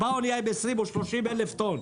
באה אנייה עם 20 או 30 אלף טון.